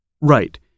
Right